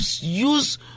use